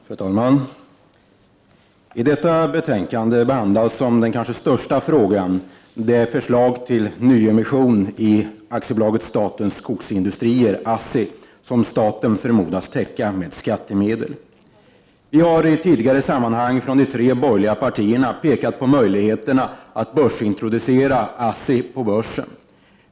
Fru talman! I detta betänkande behandlas som den kanske största frågan det förslag till nyemission i AB Statens Skogsindustrier, ASSIS, som staten förmodas täcka med skattemedel. Vi har i tidigare sammanhang från de tre borgerliga partierna pekat på möjligheterna att introducera ASSI på börsen.